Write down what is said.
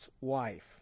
wife